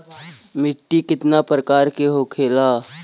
मिट्टी कितने प्रकार के होखेला?